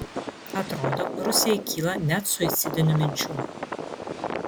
atrodo rusijai kyla net suicidinių minčių